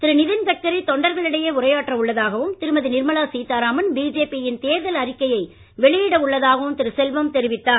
திரு நிதின்கட்கரி தொண்டர்களிடையே உரையாற்ற உள்ளதாகவும் திருமதி நிர்மலா சீதாராமன் பிஜேபி யின் தேர்தல் அறிக்கையை வெளியிட உள்ளதாகவும் திரு செல்வம் தெரிவித்தார்